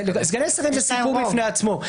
סגני שרים זה סיפור בפני עצמו.